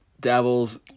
Devils